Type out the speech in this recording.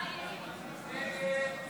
הסתייגות